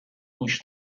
گوش